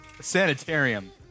Sanitarium